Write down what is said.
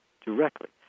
directly